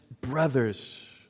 brothers